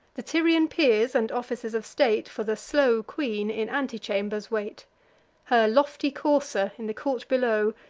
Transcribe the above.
the tyrian peers and officers of state for the slow queen in antechambers wait her lofty courser, in the court below,